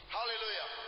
Hallelujah